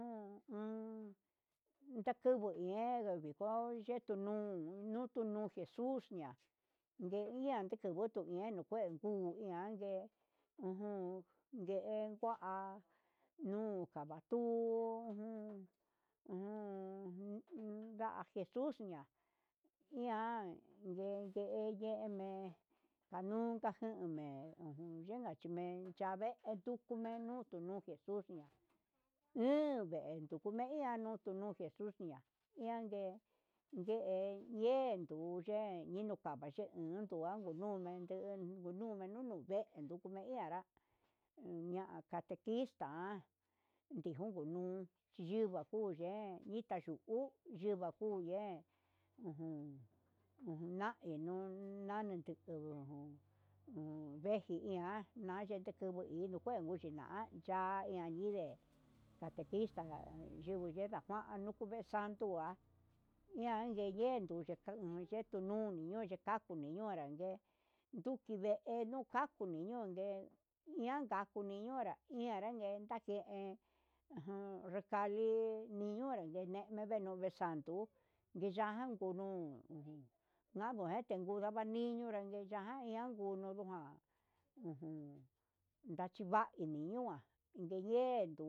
Jun un ndakudu hi kedo ndeku chetu nuu kunu nukunu jesus ña ndeian nike nuku ihe nu kue hu iha ndangue ngua nuvaka tuu ujun ujun nda jesus ña ian ngueyeme nunka jume'e, ujun yenka chimen yavee nduku menu nduku xhi iha he denn nduku men yanuu kon jesus iha yangue ye'e yendu ye'e ninu kache yuu, nduanu numende enunu me'e enduku ne anrá una catequista anrá ndijunu chí yiva'a yuye itá yuku yiva kuu ye'e uun unague nuu nani tuku uun, uveji iha nayi ninukue niniya na ya'a iha inde catequista nde uyengua juan anuku sandua, iha yeyendo nuu chetu nuni nuu noyekani ñonra vee nduki venuu kukaku yun nde ian kakuni nonra, ian nanranguena kee ujun kali niñonra ndenena ninunre kanduu yena kunguu nu u nanu ngueten, nduranga yinuu nande ndan ian nguu ujun ngachiva yaninua ndeguee.